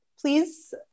please